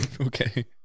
Okay